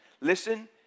listen